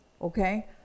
okay